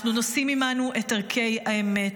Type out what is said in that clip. אנחנו נושאים עימנו את ערכי האמת,